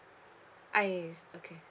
I okay